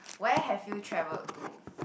where have you travel to